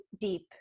deep